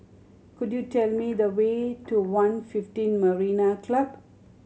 could you tell me the way to One fifteen Marina Club